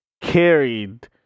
carried